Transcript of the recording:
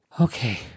Okay